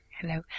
Hello